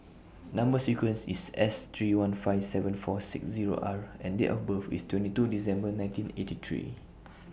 Number sequence IS S three one five seven four six Zero R and Date of birth IS twenty two December nineteen eighty three